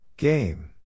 Game